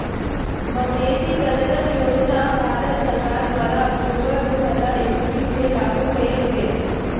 मवेशी प्रजजन योजना भारत सरकार द्वारा अक्टूबर दू हज़ार ईश्वी में लागू कएल गेल